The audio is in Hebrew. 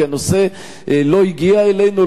כי הנושא לא הגיע אלינו,